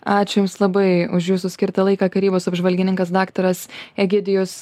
ačiū jums labai už jūsų skirtą laiką karybos apžvalgininkas daktaras egidijus